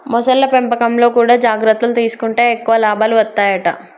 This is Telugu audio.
మొసళ్ల పెంపకంలో కూడా జాగ్రత్తలు తీసుకుంటే ఎక్కువ లాభాలు వత్తాయట